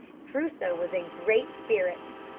crusoe was in great spirits.